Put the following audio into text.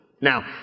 Now